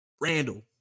Randall